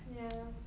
ya